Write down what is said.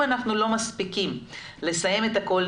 אם אנחנו ולא מספיקים לסיים את הכול,